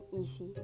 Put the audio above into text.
easy